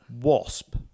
Wasp